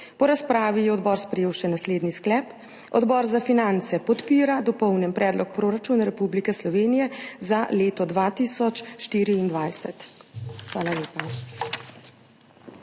Po razpravi je odbor sprejel še naslednji sklep: Odbor za finance podpira Dopolnjen predlog proračuna Republike Slovenije za leto 2024. Hvala lepa.